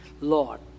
Lord